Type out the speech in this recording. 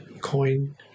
coin